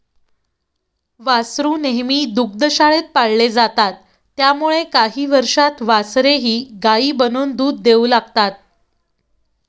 वासरू नेहमी दुग्धशाळेत पाळले जातात त्यामुळे काही वर्षांत वासरेही गायी बनून दूध देऊ लागतात